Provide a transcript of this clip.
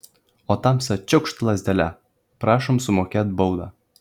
o tamsta čiaukšt lazdele prašom sumokėt baudą